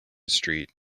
street